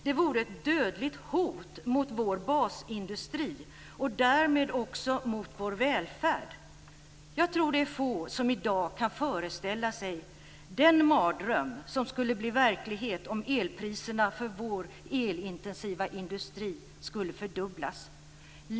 Det vore ett dödligt hot mot vår basindustri och därmed också mot vår välfärd. Jag tror det är få som i dag kan föreställa sig den mardröm som skulle bli verklighet om elpriserna för vår elintensiva industri skulle fördubblas."